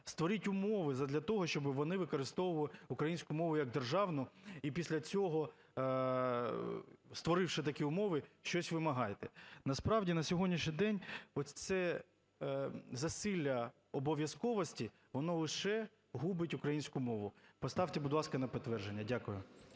Створіть умови задля того, щоби вони використовували українську мову як державну, і після цього, створивши такі умови, щось вимагайте. Насправді на сьогоднішній день оце засилля обов'язковості, воно лише губить українську мову. Поставте, будь ласка, на підтвердження. Дякую.